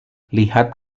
lihat